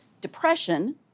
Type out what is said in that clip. depression